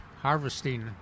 Harvesting